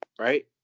right